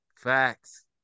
Facts